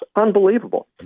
unbelievable